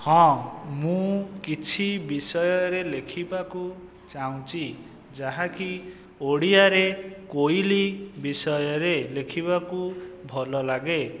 ହଁ ମୁଁ କିଛି ବିଷୟରେ ଲେଖିବାକୁ ଚାହୁଁଛି ଯାହାକି ଓଡ଼ିଆରେ କୋଇଲି ବିଷୟରେ ଲେଖିବାକୁ ଭଲ ଲାଗେ